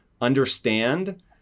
understand